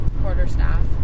quarterstaff